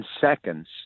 seconds